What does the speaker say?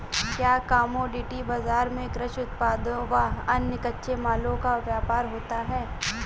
क्या कमोडिटी बाजार में कृषि उत्पादों व अन्य कच्चे मालों का व्यापार होता है?